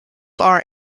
are